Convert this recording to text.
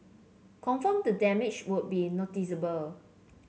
confirm the damage would be noticeable